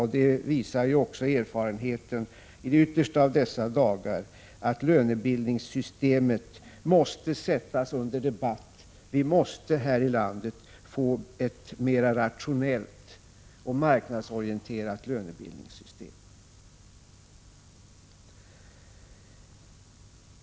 Erfarenheten visar också i de yttersta av dessa dagar att lönebildningssystemet måste sättas under debatt. Vi måste här i landet få ett mera rationellt och marknadsorienterat lönebildningssystem.